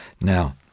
Now